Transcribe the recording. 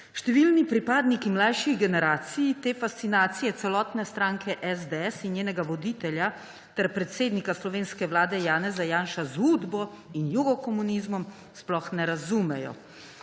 Številni pripadniki mlajših generacij te fascinacije celotne stranke SDS in njenega voditelja ter predsednika slovenske vlade Janeza Janša z Udbo in jugokomunizmom sploh ne razumejo.